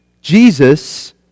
Jesus